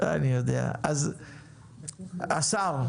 אז השר?